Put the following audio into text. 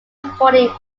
recording